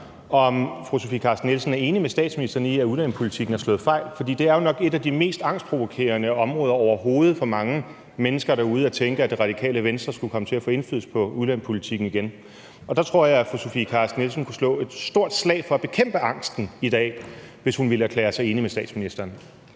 om fru Sofie Carsten Nielsen er enig med statsministeren i, at udlændingepolitikken har slået fejl, for det er jo nok et af de mest angstprovokerende områder overhovedet for mange mennesker derude at tænke på, altså at Det Radikale Venstre skulle komme til at få indflydelse på udlændingepolitikken igen. Og der tror jeg, at fru Sofie Carsten Nielsen kunne slå et stort slag for at bekæmpe angsten i dag, hvis hun ville erklære sig enig med statsministeren.